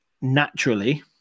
naturally